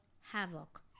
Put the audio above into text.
havoc